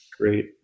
great